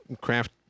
Craft